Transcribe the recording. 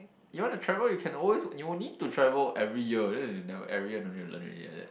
you want to travel you can always you need to travel every year every year no need to learn already like that